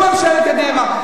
שום ממשלת קדימה.